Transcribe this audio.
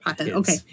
Okay